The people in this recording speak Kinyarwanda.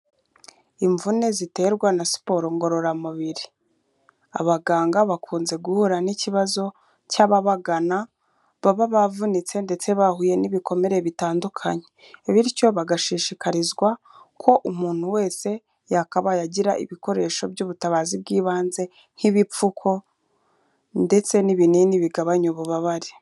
Imvune ziterwa na siporo ngororamubiri, abaganga bakunze guhura n'ikibazo cy'ababagana, baba bavunitse ndetse bahuye n'ibikomere bitandukanye, bityo bagashishikarizwa ko umuntu wese yakabaye agira ibikoresho by'ubutabazi bw'ibanze nk'ibipfuko ndetse n'ibinini bigabanya ububabare.